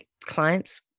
clients